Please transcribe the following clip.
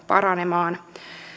paranemaan